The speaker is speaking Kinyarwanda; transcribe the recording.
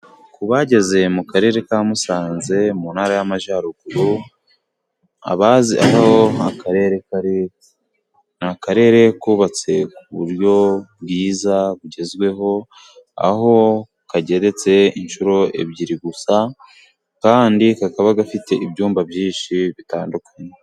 Ku bageze mu karere ka Musanze mu Ntara y'Amajyaruguru, abazi aho akarere kari ni Akarere kubabatse ku buryo bwiza bugezweho, aho kageretse inshuro ebyiri gusa kandi kakaba gafite ibyumba byinshi bitandukanye.